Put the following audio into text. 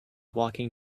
walking